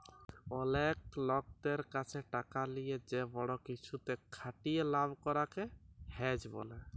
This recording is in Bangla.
অলেক লকদের ক্যাছে টাকা লিয়ে যে বড় কিছুতে খাটিয়ে লাভ করাক কে হেজ ব্যলে